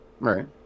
Right